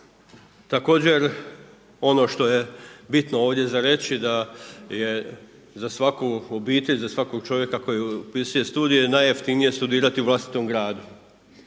Također, ono što je bitno ovdje za reći, je da je za svaku obitelj, za svakog čovjeka koji upisuje studije, najjeftinije studirati u vlastitom gradu,